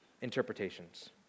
interpretations